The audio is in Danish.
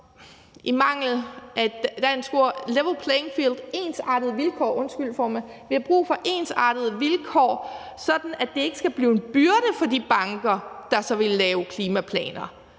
i mangel af et dansk ord, level playing field – ensartede vilkår, undskyld, formand. Vi har brug for ensartede vilkår, sådan at det ikke bliver en byrde for de banker, der så vil lave klimaplaner.